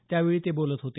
त्यावेळी ते बोलत होते